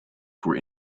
for